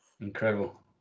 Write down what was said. incredible